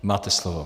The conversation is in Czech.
Máte slovo.